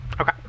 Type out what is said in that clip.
Okay